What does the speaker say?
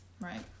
right